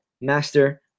master